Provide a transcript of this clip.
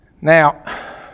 now